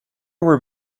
were